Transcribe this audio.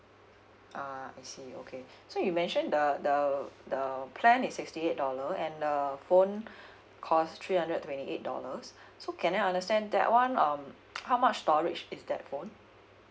uh I see okay so you mention the the the plan is sixty eight dollar and the phone cost three hundred twenty eight dollars so can I understand that one um how much storage is that phone